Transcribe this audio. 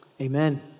amen